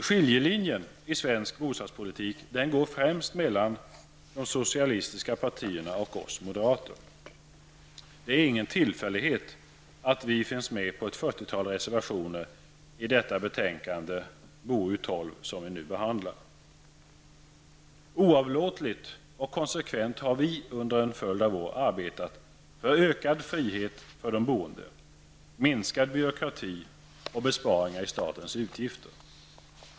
Skiljelinjen i svensk bostadspolitik går främst mellan de socialistiska partierna och oss moderater. Det är ingen tillfällighet att vi finns med på ett fyrtiotal reservationer i detta betänkande, BoU12, som vi nu behandlar. Oavlåtligt och konsekvent har vi under en följd av år arbetat för ökad frihet för de boende, minskad byråkrati och besparingar i statens utgifter.